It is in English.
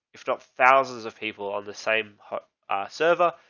if not thousands of people on the same server,